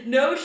no